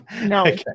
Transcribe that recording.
No